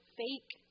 fake